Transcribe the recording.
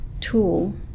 tool